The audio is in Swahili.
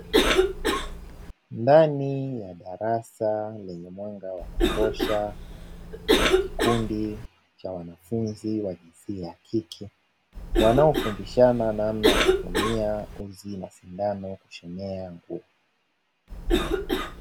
Ndani ya darasa lenye mwanga wa kutosha, kuna kikundi cha wanafunzi wa jinsia ya kike, wanaofundishana namna ya kutumia uzi na sindano kushonea nguo.